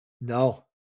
No